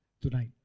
tonight